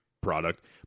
product